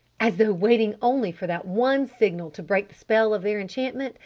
as though waiting only for that one signal to break the spell of their enchantment,